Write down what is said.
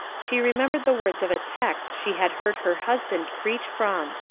she remembered the words of a text she had heard her husband preach from,